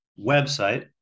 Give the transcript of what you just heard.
website